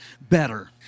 better